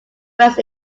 west